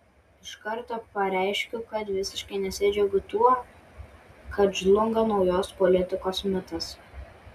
iš karto pareiškiu kad visiškai nesidžiaugiu tuo kad žlunga naujos politikos mitas